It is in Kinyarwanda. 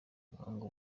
muhango